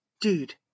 Dude